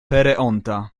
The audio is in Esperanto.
pereonta